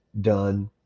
done